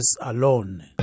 alone